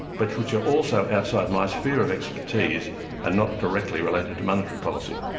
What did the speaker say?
but which are also outside my sphere of expertise and not directly related to monetary policy.